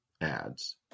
ads